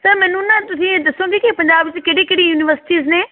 sir ਮੈਨੂੰ ਨਾ ਤੁਸੀਂ ਇਹ ਦੱਸੋਗੇ ਕਿ ਪੰਜਾਬ 'ਚ ਕਿਹੜੀ ਕਿਹੜੀ ਯੂਨੀਵਰਸਿਟੀਜ਼ ਨੇ